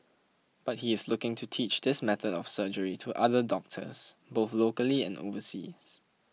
but he is looking to teach this method of surgery to other doctors both locally and overseas